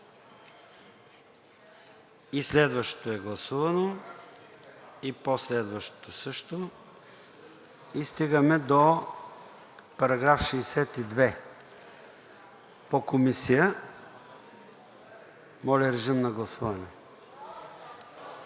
И следващото е гласувано. И по-следващото също. И стигаме до § 62 по Комисия. Моля, режим на гласуване.